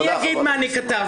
אני אגיד מה אני כתבתי.